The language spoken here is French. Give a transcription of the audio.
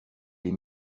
les